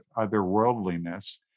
otherworldliness